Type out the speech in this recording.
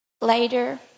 Later